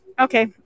Okay